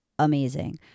Amazing